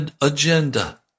agenda